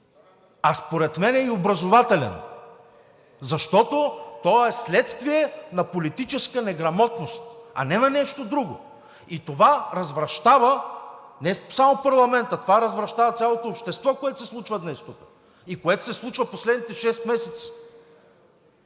а според мен е и образователен, защото е следствие на политическа неграмотност, а не на нещо друго! И това развращава не само парламента – развращава цялото общество, което се случва днес тук и което се случва в последните шест месеца!